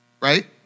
right